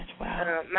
Wow